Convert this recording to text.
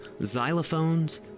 xylophones